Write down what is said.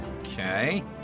okay